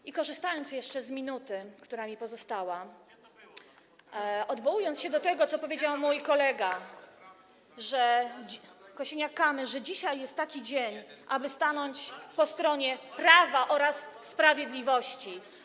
I korzystając jeszcze z minuty, która mi pozostała, odwołując się do tego, co powiedział mój kolega, poseł Kosiniak-Kamysz, że dzisiaj jest taki dzień, aby stanąć po stronie prawa oraz sprawiedliwości.